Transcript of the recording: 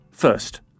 First